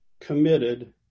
committed